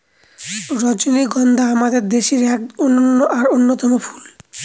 রজনীগন্ধা আমাদের দেশের এক অনন্য আর অন্যতম ফুল